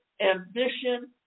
ambition